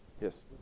Yes